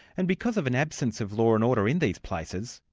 and because of an absence of law and order in these places,